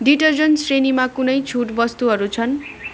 detergents श्रेणीमा कुनै छुट वस्तुहरू छन्